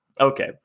Okay